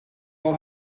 wel